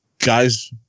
Guys